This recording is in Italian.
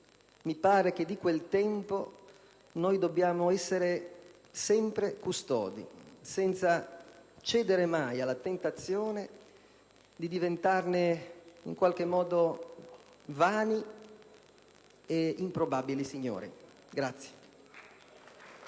Mi sembra che di quel tempo dobbiamo essere sempre custodi, senza cedere mai alla tentazione di diventarne in qualche modo vani ed improbabili signori.